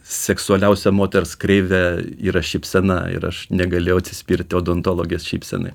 seksualiausia moters kreivė yra šypsena ir aš negalėjau atsispirti odontologės šypsenai